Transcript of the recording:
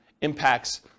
impacts